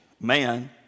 man